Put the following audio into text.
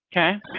okay